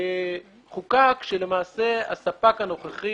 חוקק שלמעשה הספק הנוכחי